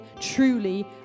truly